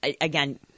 again